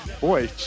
boy